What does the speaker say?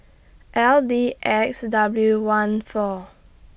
L D X W one four